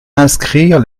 inscrire